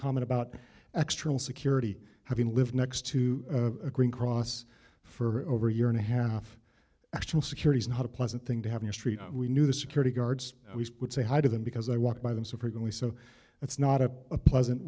comment about extra security having lived next to a green cross for over a year and a half actual security is not a pleasant thing to have your street we knew the security guards would say hi to them because i walk by them so frequently so it's not a pleasant